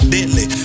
Deadly